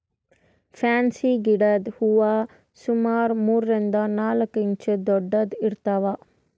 fancy ಗಿಡದ್ ಹೂವಾ ಸುಮಾರ್ ಮೂರರಿಂದ್ ನಾಲ್ಕ್ ಇಂಚ್ ದೊಡ್ಡದ್ ಇರ್ತವ್